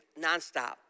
nonstop